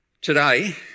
Today